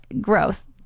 Gross